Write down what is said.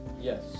Yes